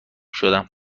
شدم